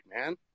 man